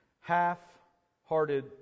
Half-hearted